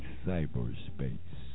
cyberspace